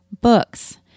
books